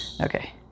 Okay